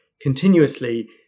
continuously